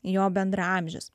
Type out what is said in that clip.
jo bendraamžis